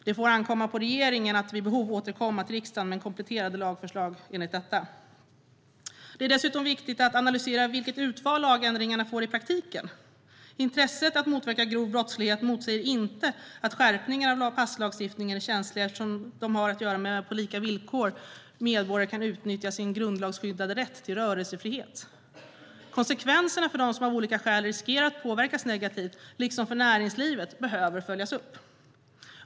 Det får ankomma på regeringen att vid behov återkomma till riksdagen med kompletterande lagförslag enligt detta. Det är dessutom viktigt att analysera vilket utfall lagändringarna får i praktiken. Intresset att motverka grov brottslighet motsäger inte att skärpningar av passlagstiftningen är känsliga eftersom de har att göra med på vilka villkor medborgare kan utnyttja sin grundlagsskyddade rätt till rörelsefrihet. Konsekvenserna för dem som av olika skäl riskerar att påverkas negativt liksom för näringslivet behöver följas upp.